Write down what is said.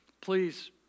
Please